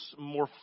more